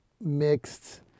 mixed